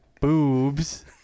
boobs